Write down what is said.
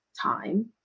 time